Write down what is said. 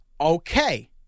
Okay